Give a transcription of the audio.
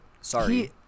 Sorry